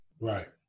Right